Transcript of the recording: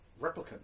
replicants